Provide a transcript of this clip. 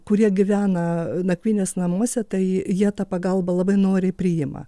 kurie gyvena nakvynės namuose tai jie tą pagalbą labai noriai priima